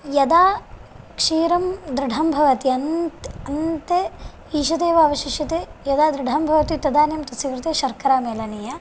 यदा क्षीरं दृढं भवति अन्त् अन्ते ईषदेव अवशिष्यते यदा दृढं भवति तदानीं तस्य कृते शर्करा मेलनीया